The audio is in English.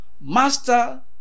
Master